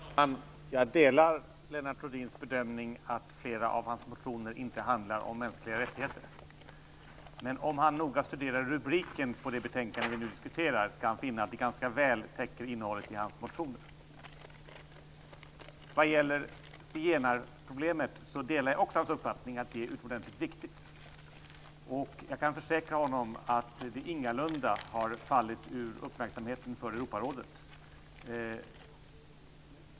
Herr talman! Jag delar Lennart Rohdins bedömning att flera av hans motioner inte handlar om mänskliga rättigheter. Men om han noga studerar rubriken på det betänkande vi nu diskuterar skall han finna att den ganska väl täcker innehållet i hans motioner. Jag delar också hans uppfattning att zigenarproblemet är utomordentligt viktigt. Jag kan försäkra Lennart Rohdin att det ingalunda har fallit ur uppmärksamheten för Europarådet.